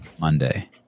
Monday